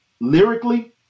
lyrically